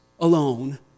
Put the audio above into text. alone